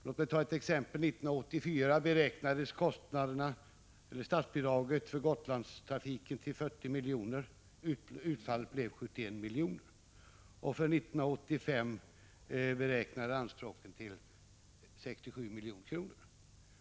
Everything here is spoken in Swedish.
Låt mig dock som exempel nämna att kostnaderna för statsbidraget till Gotlandstrafiken för 1984 beräknades till 40 miljoner medan utfallet blev 71 miljoner. För 1985 beräknades kostnaderna till 67 miljoner.